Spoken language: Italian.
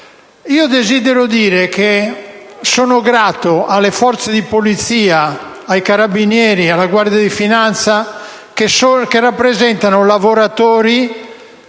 Desidero dire che sono grato alle forze di polizia, ai Carabinieri, alla Guardia di finanza, che rappresentano lavoratori